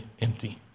empty